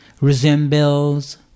resembles